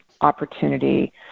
opportunity –